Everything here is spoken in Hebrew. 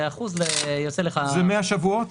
זה 100 שבועות?